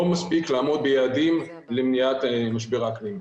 מספיק לעמוד ביעדים למניעת משבר האקלים.